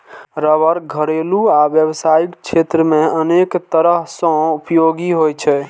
रबड़ घरेलू आ व्यावसायिक क्षेत्र मे अनेक तरह सं उपयोगी होइ छै